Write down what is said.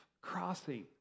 Crossing